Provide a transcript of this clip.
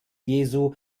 jesu